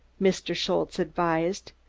mr. schultze advised.